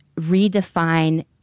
redefine